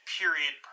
period